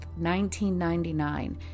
1999